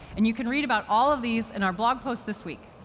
and you can read about all of these in our blog post this week.